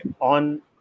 on